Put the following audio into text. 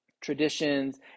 traditions